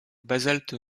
basalte